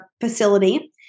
facility